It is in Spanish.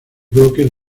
bloques